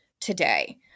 today